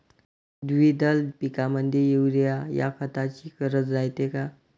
द्विदल पिकामंदी युरीया या खताची गरज रायते का?